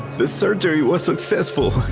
the surgery was successful.